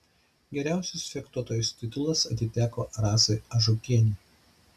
geriausios fechtuotojos titulas atiteko rasai ažukienei